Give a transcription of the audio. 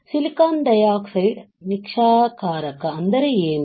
silicon dioxide ನಿಕ್ಷಾರಕ ಅಂದರೆ ಏನು